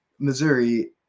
Missouri